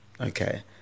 okay